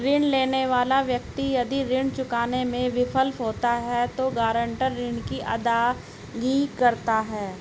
ऋण लेने वाला व्यक्ति यदि ऋण चुकाने में विफल होता है तो गारंटर ऋण की अदायगी करता है